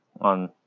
on